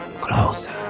closer